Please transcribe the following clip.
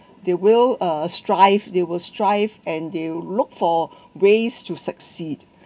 they will uh strive they will strive and they'll look for ways to succeed